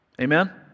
Amen